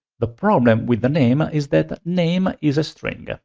the problem with the name is that name is a string. ah